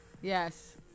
Yes